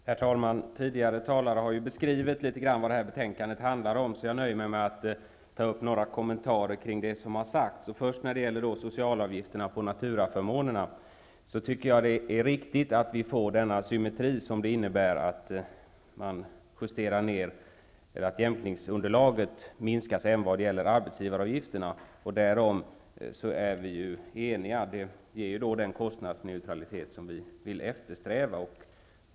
Herr talman! Tidigare talare har något beskrivit vad det aktuella betänkandet handlar om. Jag nöjer mig därför med några kommentarer kring det som har sagts här. Först gäller det socialavgifterna beträffande naturaförmåner. Jag tycker att det är riktigt att vi får en symmetri i och med att jämkningsunderlaget minskas även vad gäller arbetsgivaravgifterna. Därom är vi eniga. Därmed åstadkommes den kostnadsneutralitet som vi eftersträvar.